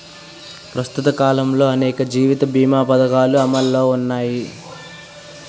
ప్రస్తుత కాలంలో అనేక జీవిత బీమా పధకాలు అమలులో ఉన్నాయి